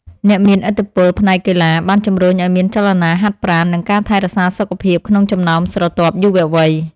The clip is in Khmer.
អ្នកមានឥទ្ធិពលផ្នែកកីឡាបានជំរុញឱ្យមានចលនាហាត់ប្រាណនិងការថែរក្សាសុខភាពក្នុងចំណោមស្រទាប់យុវវ័យ។